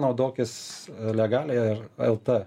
naudokis legaliai ar lt